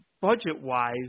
budget-wise